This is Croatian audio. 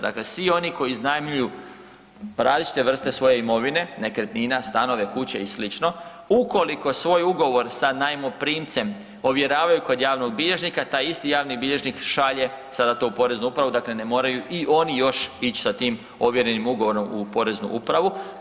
Dakle svi oni koji iznajmljuju različite vrste svoje imovine, nekretnina, stanove, kuće i sl., ukoliko svoj ugovor sa najmoprimcem ovjeravaju kod javnog bilježnika, taj isti javni bilježnik šalje sada to u poreznu upravu, dakle ne moraju i oni još ići sa tim ovjerenim ugovorom u poreznu upravu.